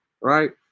right